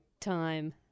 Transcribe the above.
time